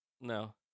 No